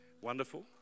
wonderful